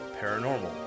Paranormal